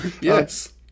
Yes